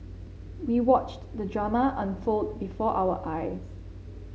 we watched the drama unfold before our eyes